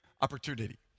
opportunity